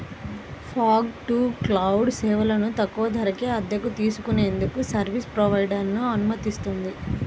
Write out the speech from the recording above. fog to cloud సేవలను తక్కువ ధరకే అద్దెకు తీసుకునేందుకు సర్వీస్ ప్రొవైడర్లను అనుమతిస్తుంది